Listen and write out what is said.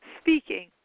speaking